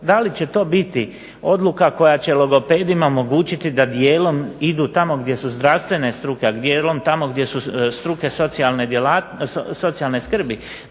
Da li će to biti odluka koja će logopedima omogućiti da dijelom idu tamo gdje su zdravstvene struke, a dijelom tamo gdje su struke socijalne skrbi,